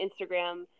Instagram